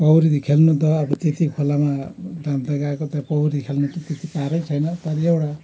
पौडी त खेल्नु त अब त्यती खोलामा जानु त गएको तर पौडी खेल्नु त त्यति पारै छैन तर एउटा